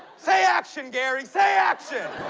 say action gary, say action!